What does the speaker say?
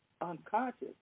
unconscious